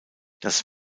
das